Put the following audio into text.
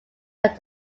that